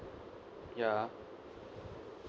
ya